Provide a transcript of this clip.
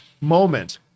moment